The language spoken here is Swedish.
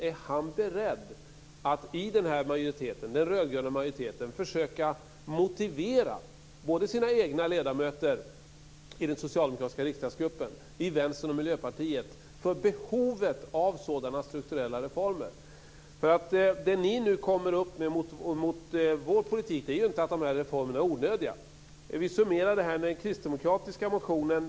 Är han beredd att i den här rödgröna majoriteten försöka motivera både sina egna ledamöter i den socialdemokratiska riksdagsgruppen och Vänsterpartiet och Miljöpartiet för behovet av sådana strukturella reformer? Det ni nu kommer med mot vår politik är ju inte att reformerna är onödiga. Vi summerar den kristdemokratiska motionen.